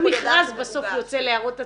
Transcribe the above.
כל מכרז בסוף יוצא להערות הציבור,